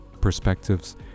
perspectives